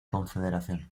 confederación